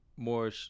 more